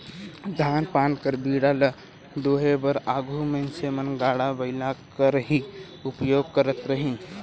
धान पान कर बीड़ा ल डोहे बर आघु मइनसे मन गाड़ा बइला कर ही उपियोग करत रहिन